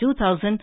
2000